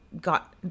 got